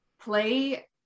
play